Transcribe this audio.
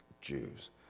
Jews